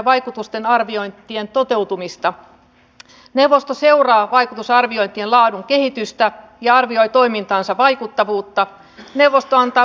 suomelle onkin pienenä puolustusmateriaalin tuottajamaana ensiarvoisen tärkeää että puolustusteollista kilpailua koskevia säädöksiä tulkitaan eu maissa samalla tavalla